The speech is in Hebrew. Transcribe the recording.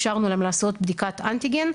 אפשרנו להם לעשות בדיקת אנטיגן,